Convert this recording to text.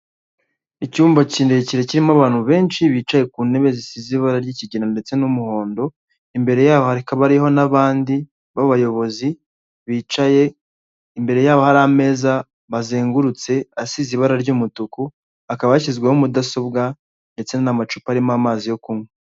Icyumba kirekire kirimo abantu benshi bicaye ku ntebe zisize ibara ry'ikigina ndetse n'umuhondo, imbere yabo hakaba hariho n'abandi b'abayobozi bicaye, imbere yabo hari ameza bazengurutse asize ibara ry'umutuku, akaba yashyizweho mudasobwa ndetse n'amacupa arimo amazi yo kunywa.